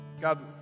God